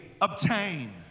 obtain